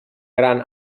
gran